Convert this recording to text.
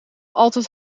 altijd